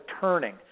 turning